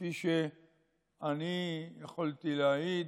כפי שאני יכולתי להעיד,